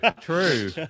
True